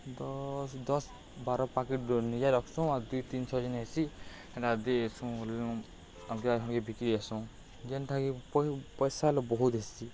ଦଶ୍ ଦଶ୍ ବାର ପାକେଟ୍ ନିଜେ ରଖ୍ସୁଁ ଆଉ ଦୁଇ ତିନ୍ ଶହ ଯେନ୍ ହେସି ହେ ଦେସୁଁ ଆମ୍କେ ବିକ୍ରି ଆଏସୁଁ ଯେନ୍ଟାକି ପଇସା ହେଲେ ବହୁତ୍ ହେସି